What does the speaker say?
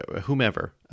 whomever